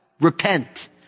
Repent